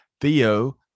Theo